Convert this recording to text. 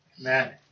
Amen